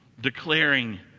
declaring